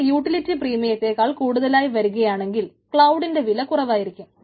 അത് യൂട്ടിലിറ്റി പ്രീമിയത്തെക്കാൾ കൂടുതലായി വരുകയാണെങ്കിൽ ക്ലൌടിന്റെ വില കുറവായിരിക്കും